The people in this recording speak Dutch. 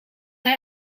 hij